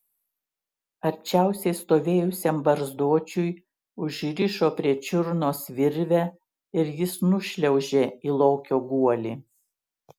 arčiausiai stovėjusiam barzdočiui užrišo prie čiurnos virvę ir jis nušliaužė į lokio guolį